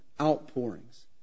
outpourings